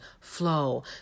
flow